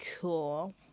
cool